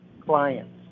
clients